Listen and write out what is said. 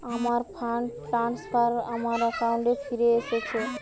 আমার fund transfer আমার অ্যাকাউন্টে ফিরে এসেছে